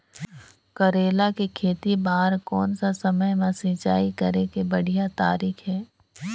करेला के खेती बार कोन सा समय मां सिंचाई करे के बढ़िया तारीक हे?